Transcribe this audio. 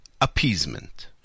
appeasement